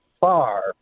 far